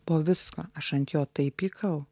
po visko aš ant jo taip pykau